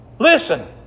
Listen